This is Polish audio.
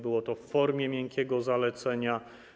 Było to w formie miękkiego zalecenia.